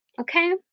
okay